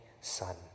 Son